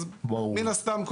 אז מין הסתם,